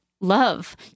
love